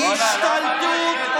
הם יבואו להצביע היום